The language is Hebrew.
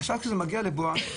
עכשיו כשזה מגיע ל"בואש",